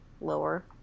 lower